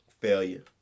Failure